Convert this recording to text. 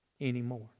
anymore